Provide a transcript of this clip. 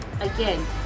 again